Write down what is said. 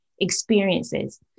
experiences